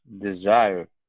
desire